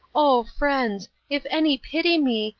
oh friends! if any pity me,